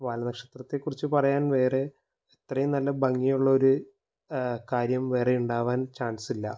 വാൽ നക്ഷത്രത്തെക്കുറിച്ച് പറയാൻ വേറെ ഇത്രയും നല്ല ഭംഗിയുള്ള ഒരു കാര്യം വേറെ ഉണ്ടാവാൻ ചാൻസില്ല